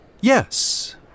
Yes